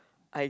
I